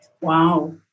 Wow